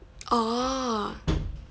oh